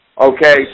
Okay